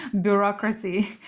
bureaucracy